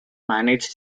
managed